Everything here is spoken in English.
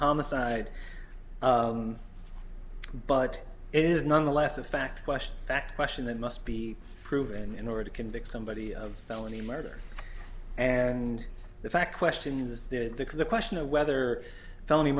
homicide but it is nonetheless a fact question that question that must be proven in order to convict somebody of felony murder and the fact question is that the question of whether felony